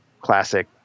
classic